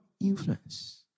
Influence